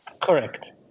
Correct